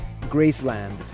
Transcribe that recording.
Graceland